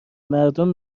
مردم